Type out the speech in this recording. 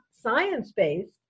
science-based